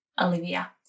Olivia